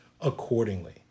accordingly